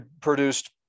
produced